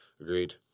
Agreed